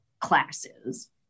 classes